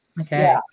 Okay